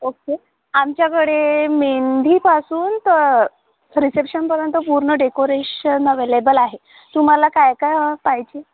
okay आमच्याकडे मेंदीपासून तर रिसेप्शनपर्यंत पूर्ण डेकोरेशन अवेलेबल आहे तुम्हाला काय काय पाहिजे